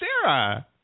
sarah